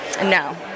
No